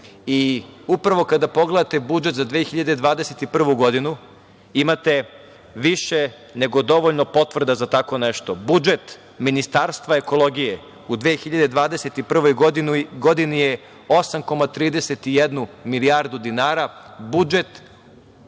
Srbije. Upravo kada pogledate budžet za 2021. godinu imate više nego dovoljno potvrda za tako nešto. Budžet Ministarstva ekologije u 2021. godini je 8,31 milijardu dinara. Budžet